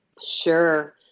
Sure